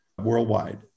worldwide